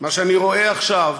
מה שאני רואה עכשיו,